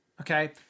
Okay